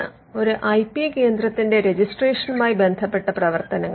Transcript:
ഇവയൊക്കെയാണ് ഒരു I P കേന്ദ്രത്തിന്റെ രജിസ്ട്രേഷനുമായി ബന്ധപ്പെട്ട പ്രവർത്തനങ്ങൾ